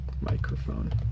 microphone